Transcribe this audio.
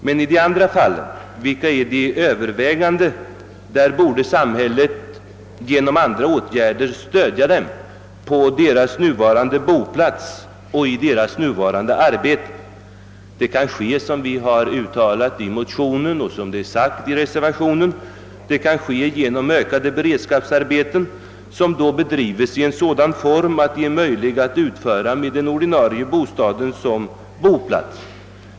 Men i de andra fallen, vilka är de övervägande, borde samhället genom andra åtgärder stödja dem på deras nuvarande boplats och i deras nuvarande arbete. Det kan ske, såsom vi har uttalat i motionen och så som det är sagt i reservationen, genom ökade beredskapsarbeten, som då bedrives i sådan form att de är möjliga att utföra med den ordinarie bostaden som boplats.